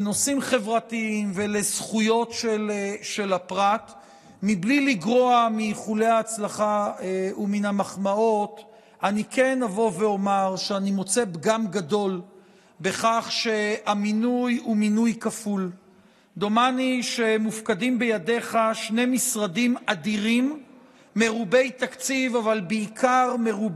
מספר הרוצחים כמעט הוכפל בהשוואה לאותה תקופה בשנת 2022. המספרים מעידים על כך שכל הקווים האדומים כבר נחצו.